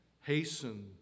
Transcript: hasten